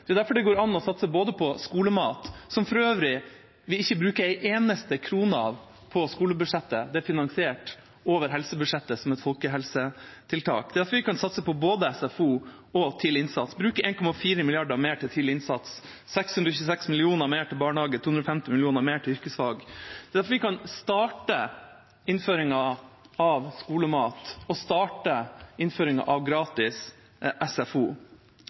Det er derfor det går an å satse både på skolemat – som vi for øvrig ikke bruker en eneste krone av på skolebudsjettet, det er finansiert over helsebudsjettet som et folkehelsetiltak – og på SFO og tidlig innsats. Vi bruker 1,4 mrd. kr mer til tidlig innsats, 626 mill. kr mer til barnehager, 250 mill. kr mer til yrkesfag. Det er derfor vi kan starte innføringen av skolemat og starte innføringen av gratis SFO.